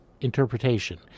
interpretation